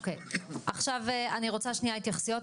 אני רוצה התייחסויות.